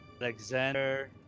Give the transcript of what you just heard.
Alexander